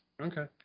Okay